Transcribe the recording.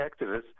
activists